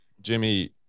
Jimmy